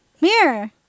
Mirror